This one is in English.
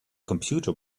computer